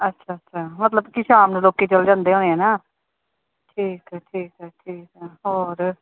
ਅੱਛਾ ਅੱਛਾ ਮਤਲਬ ਕਿ ਸ਼ਾਮ ਨੂੰ ਲੋਕ ਚਲ ਜਾਂਦੇ ਹੋਣੇ ਆ ਨਾ ਠੀਕ ਹੈ ਠੀਕ ਹੈ ਠੀਕ ਹੈ ਹੋਰ